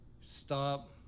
stop